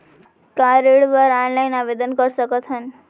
का ऋण बर ऑनलाइन आवेदन कर सकथन?